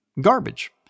garbage